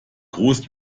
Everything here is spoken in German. groß